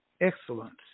excellence